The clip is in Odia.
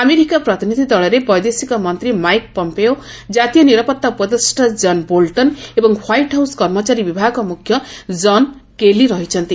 ଆମେରିକୀୟ ପ୍ରତିନିଧି ଦଳରେ ବୈଦେଶିକ ମନ୍ତ୍ରୀ ମାଇକ୍ ପମ୍ପେଓ ଜାତୀୟ ନିରାପତା ଉପଦେଷ୍ଟା କନ୍ ବୋଲଟନ୍ ଏବଂ ହ୍ବାଇଟ୍ ହାଉସ୍ କର୍ମଚାରୀ ବିଭାଗ ମ୍ରଖ୍ୟ ଜନ୍ କେଲି ରହିଛନ୍ତି